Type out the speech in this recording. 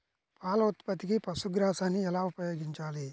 పాల ఉత్పత్తికి పశుగ్రాసాన్ని ఎలా ఉపయోగించాలి?